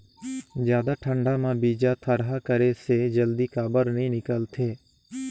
जादा ठंडा म बीजा थरहा करे से जल्दी काबर नी निकलथे?